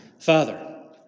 Father